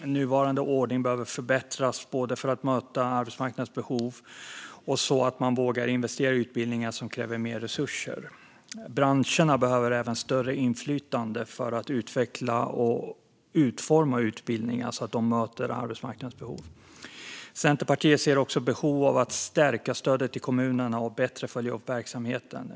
Den nuvarande ordningen behöver förbättras både för att möta arbetsmarknadens behov och så att man vågar investera i utbildningar som kräver mer resurser. Branscherna behöver även större inflytande för att utveckla och utforma utbildningarna så att de möter arbetsmarknadens behov. Centerpartiet ser också behov av att stärka stödet till kommunerna och bättre följa upp verksamheten.